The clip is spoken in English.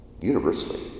Universally